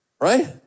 Right